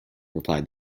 replied